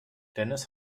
dennis